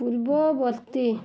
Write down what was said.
ପୂର୍ବବର୍ତ୍ତୀ